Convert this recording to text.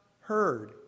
heard